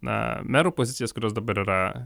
na merų pozicijas kurios dabar yra